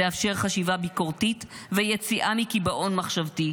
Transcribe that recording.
תאפשר חשיבה ביקורתית ויציאה מקיבעון מחשבתי,